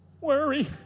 worry